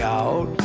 out